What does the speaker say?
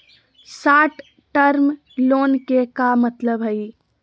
Short term loan के का मतलब हई?